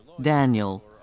Daniel